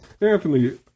Anthony